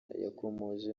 yakomoje